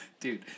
Dude